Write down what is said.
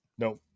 Nope